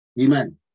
Amen